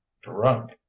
drunk